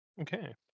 Okay